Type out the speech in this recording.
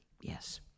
Yes